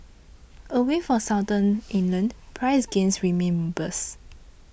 away from Southern England price gains remain robust